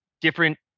different